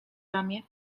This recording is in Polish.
ramię